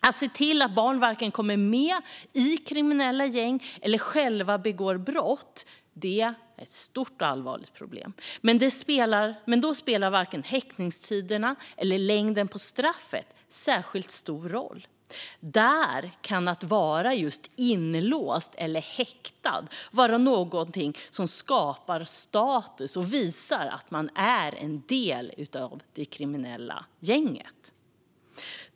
Att se till att barn varken kommer med i kriminella gäng eller själva begår brott är en stor och allvarlig fråga, men där spelar varken häktningstiderna eller längden på straffen särskilt stor roll. Att vara just inlåst eller häktad kan vara någonting som skapar status och visar att man är en del av det kriminella gänget.